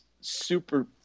super